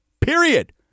period